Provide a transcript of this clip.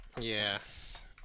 Yes